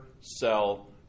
sell